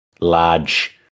large